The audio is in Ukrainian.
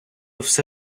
все